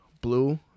blue